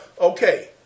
Okay